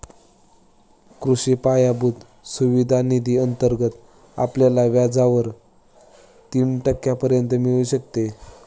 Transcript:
कृषी पायाभूत सुविधा निधी अंतर्गत आपल्याला व्याजावर तीन टक्क्यांपर्यंत मिळू शकते